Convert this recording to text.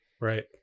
Right